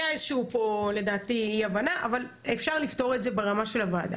הייתה פה לדעתי איזה שהיא אי הבנה אבל אפשר לפתור את זה ברמה של הוועדה.